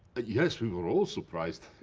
yes, we were all surprised.